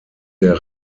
der